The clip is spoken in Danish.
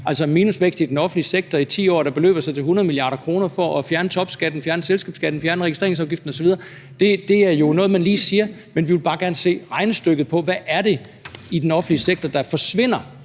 minusvækst i den offentlige sektor i 10 år, der beløber sig til 100 mia. kr. for at fjerne topskatten, fjerne selskabsskatten, fjerne registreringsafgiften osv. Det er jo noget, man lige siger, men vi vil bare gerne se regnestykket for, hvad det er, der forsvinder